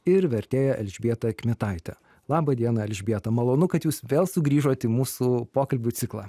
ir vertėja elžbieta kmitaitė laba diena elžbieta malonu kad jūs vėl sugrįžot į mūsų pokalbių ciklą